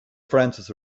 francis